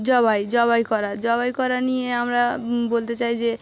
জবাই জবাই করা জবাই করা নিয়ে আমরা বলতে চাই যে